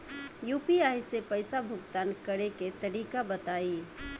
UPI से पईसा भुगतान करे के तरीका बताई?